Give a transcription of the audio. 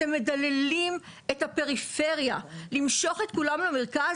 אתם מדללים את הפריפריה, למשוך את כולם למרכז?